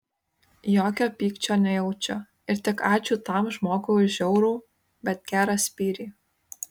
jokio pykčio nejaučiu ir tik ačiū tam žmogui už žiaurų bet gerą spyrį